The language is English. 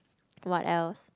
what else